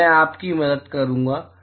तो मैं आपकी मदद करूंगा